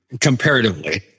comparatively